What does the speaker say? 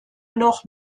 noch